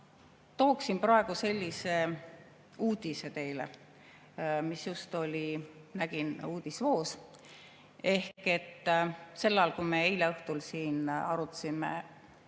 tooksin praegu sellise uudise teile, mida just nägin uudisvoos. Sel ajal, kui me eile õhtul siin arutasime